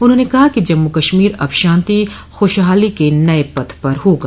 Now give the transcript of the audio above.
उन्होंने कहा कि जम्मू कश्मीर अब शांति और खुशहाली के नये पथ पर होगा